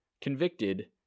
convicted